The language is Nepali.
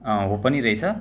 हो पनि रहेछ